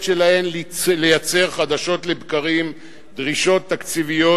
שלהן לייצר חדשות לבקרים דרישות תקציביות,